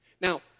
Now